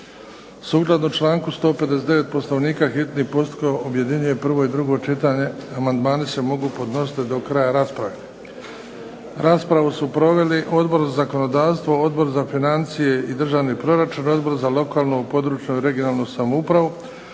Sukladno članku 159. Poslovnika hitni postupak objedinjuje prvo i drugo čitanje. Amandmani se mogu podnositi do kraja rasprave. Raspravu su proveli Odbor za zakonodavstvo, Odbor za financije i državni proračun, Odbor za lokalnu, područnu (regionalnu) samoupravu,